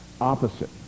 opposite